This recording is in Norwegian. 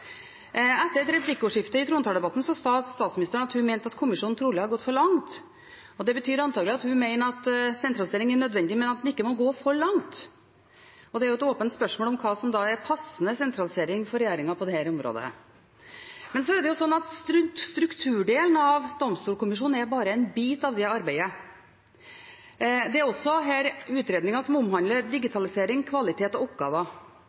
Etter et replikkordskifte i trontaledebatten sa statsministeren at hun mente at kommisjonen trolig har gått for langt. Det betyr antakelig at hun mener at sentralisering er nødvendig, men at en ikke må gå for langt. Det er et åpent spørsmål om hva som da er passende sentralisering for regjeringen på dette området. Så er det slik at strukturdelen fra Domstolkommisjonen bare er en bit av det arbeidet. Det er også her utredninger som omhandler digitalisering, kvalitet og oppgaver.